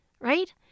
Right